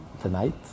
tonight